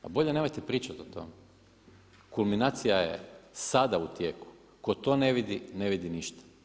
Pa bolje nemojte pričati o tome, kulminacija je sada u tijeku, tko to ne vidi ne vidi ništa.